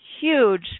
huge